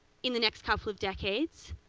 in the next couple of decades,